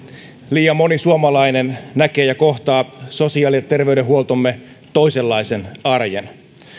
liian moni suomalainen näkee ja kohtaa sosiaali ja terveydenhuoltomme toisenlaisen arjen